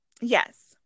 Yes